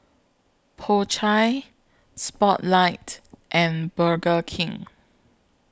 Po Chai Spotlight and Burger King